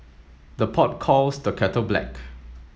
the pot calls the kettle black